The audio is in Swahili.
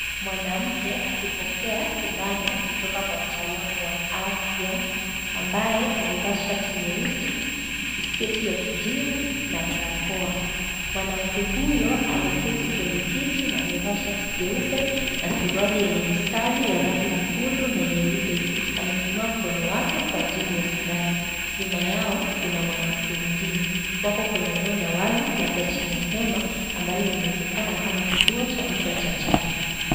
Mwanamke akipokea sindano kutoka kwa mtaalamu wa afya, ambaye amevaa shati nyeusi, kisketi ya kijivu, na barakoa. Mwanamke huyo ameketi kwenye kiti na amevaa shati jeupe na suruali yenye mistari ya rangi nyekundu na nyeupe. Amefunua mkono wake kwa ajili ya sindano. Nyuma yao, kuna mwanamke mwingine. Wako kwenye eneo la wazi labda chini ya hema ambalo linaonekana kama kituo cha muda cha chanjo.